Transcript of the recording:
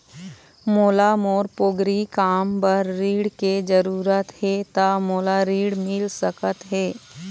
मोला मोर पोगरी काम बर ऋण के जरूरत हे ता मोला ऋण मिल सकत हे?